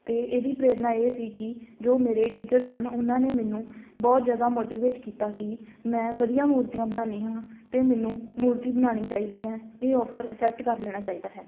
ਅਤੇ ਇਹਦੀ ਪ੍ਰੇਰਨਾ ਇਹ ਸੀ ਕਿ ਜੋ ਮੇਰੇ ਟੀਚਰ ਸਨ ਉਹਨਾਂ ਨੇ ਮੈਨੂੰ ਬਹੁਤ ਜ਼ਿਆਦਾ ਮੋਟੀਵੇਟ ਕੀਤਾ ਕਿ ਮੈਂ ਵਧੀਆ ਮੂਰਤੀਆਂ ਬਣਾਉਂਦੀ ਹਾਂ ਅਤੇ ਮੈਨੂੰ ਮੂਰਤੀ ਬਣਾਉਣੀ ਚਾਹੀਦੀ ਹੈ ਇਹ ਅੋਫਰ ਅਸੈਪਟ ਕਰ ਲੈਣਾ ਚਾਹੀਦਾ ਹੈ